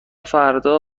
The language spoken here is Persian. فردا